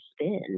spin